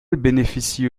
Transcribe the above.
bénéficie